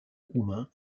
roumain